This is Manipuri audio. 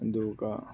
ꯑꯗꯨꯒ